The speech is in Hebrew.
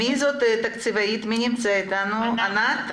אני התקציבאית של מינהל